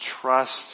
trust